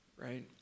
right